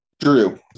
Drew